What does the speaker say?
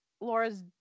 Laura's